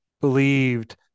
believed